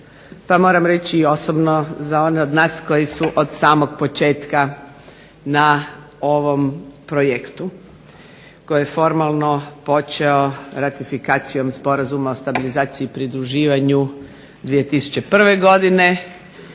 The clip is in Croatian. moram reći osobno za one od nas koji su od samog početka na ovom projektu koji je formalno počeo ratifikacijom Sporazuma o stabilizaciji i pridruživanju 2001. godine,